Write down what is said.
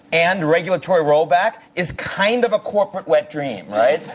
and regulatory rollback, is kind of a corporate wet dream, right?